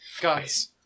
guys